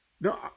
No